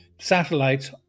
satellites